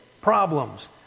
problems